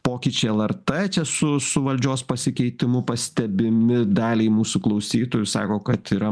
pokyčiai lrt čia su su valdžios pasikeitimu pastebimi daliai mūsų klausytojų sako kad yra